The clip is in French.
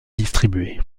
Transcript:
distribué